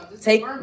take